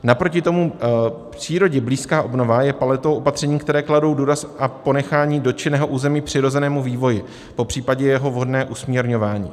Naproti tomu přírodě blízká obnova je paletou opatření, která kladou důraz na ponechání dotčeného území přirozenému vývoji, popřípadě jeho vhodné usměrňování.